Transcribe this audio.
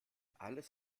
alles